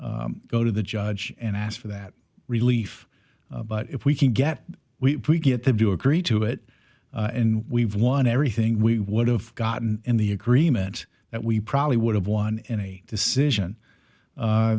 go to the judge and ask for that relief but if we can get we get them to agree to it and we've won everything we would have gotten in the agreement that we probably would have won any decision